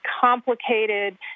complicated